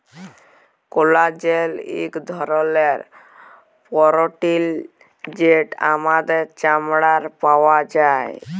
collagen ইক ধরলের পরটিল যেট আমাদের চামড়ায় পাউয়া যায়